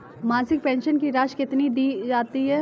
मासिक पेंशन की राशि कितनी दी जाती है?